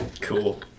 cool